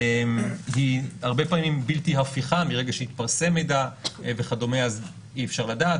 היא הרבה פעמים בלתי הפיכה מרגע שהתפרסם מידע וכדומה אז אי אפשר לדעת.